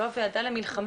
הישיבה ננעלה בשעה